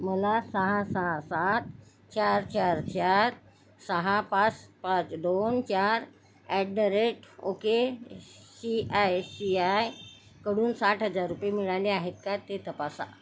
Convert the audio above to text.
मला सहा सहा सात चार चार चार सहा पाच पाच दोन चार at the rate O K C I C I कडून साठ हजार रुपये मिळाले आहेत का ते तपासा